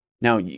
Now